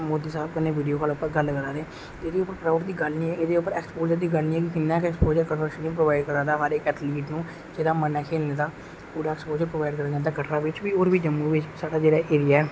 मोदी सहाब कन्नै video call उप्पर गल्ल करा दे एहदे उप्पर प्राउड दी गल्ल नेई ऐ एहदे उप्पर एक्सपोजर दी गल्ल नेईं ऐ कि किन्ना गै एक्सपोजर फाइनेन्शली प्रोबाइड करा दा इक अथलीट नू एहदा मन ऐ खेलने दा पूरा एक्सपोजर प्रोवाइड करंग कटरा च बी जम्मू च बी साढ़ा जेहड़ा एरिय ऐ